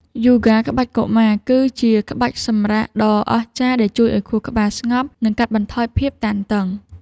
យូហ្គាក្បាច់កុមារ គឺជាក្បាច់សម្រាកដ៏អស្ចារ្យដែលជួយឱ្យខួរក្បាលស្ងប់ និងកាត់បន្ថយភាពតានតឹង។